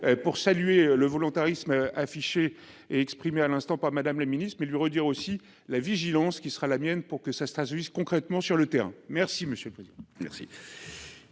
pour saluer le volontarisme affiché et exprimer à l'instant, pas Madame le Ministre mais lui redire aussi la vigilance qui sera la mienne pour que ça Stasiulis concrètement sur le terrain. Merci monsieur le président.